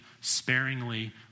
sparingly